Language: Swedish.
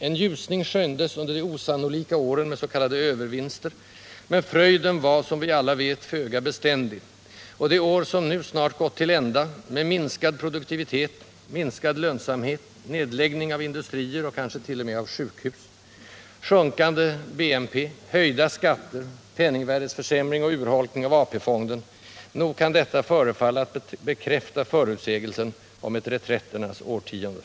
En ljusning skönjdes under de osannolika åren med s.k. övervinster, men fröjden var, som vi alla vet, föga beständig, och det år som nu snart gått till ända, med minskad produktivitet, minskad lönsamhet, nedläggning av industrier och kanske t.o.m. av sjukhus, sjunkande BNP, höjda skatter, penningvärdeförsämring och urholkning av AP-fonden —- nog kan detta förefalla att bekräfta förutsägelsen om ett reträtternas årtionde.